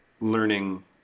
learning